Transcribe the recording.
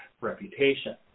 reputation